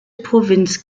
provinz